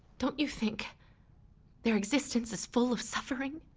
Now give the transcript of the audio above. don't you think their existence is full of suffering?